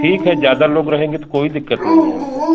ठीक है ज़्यादा लोग रहेंगे तो कोई दिक्कत नहीं है हमको